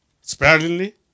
sparingly